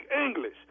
English